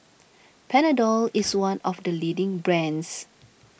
Panadol is one of the leading brands